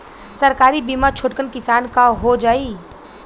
सरकारी बीमा छोटकन किसान क हो जाई?